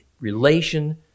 relation